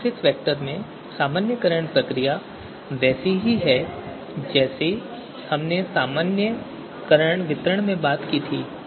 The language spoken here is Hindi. टॉपसिस vector में सामान्यीकरण प्रक्रिया वैसी ही है जैसी हमने वितरण सामान्यीकरण में बात की थी